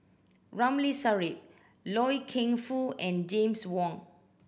Ramli Sarip Loy Keng Foo and James Wong